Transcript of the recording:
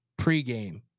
pregame